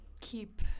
keep